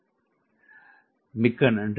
நன்றி மிக்க நன்றி